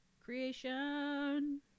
Creation